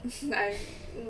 I